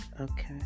Okay